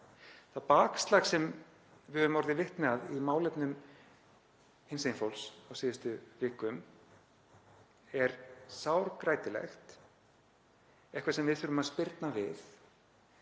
Það bakslag sem við höfum orðið vitni að í málefnum hinsegin fólks á síðustu vikum er sárgrætilegt og eitthvað sem við þurfum að spyrna á